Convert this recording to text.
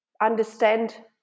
understand